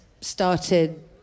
started